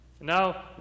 now